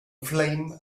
flame